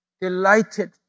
delighted